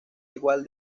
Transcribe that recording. igual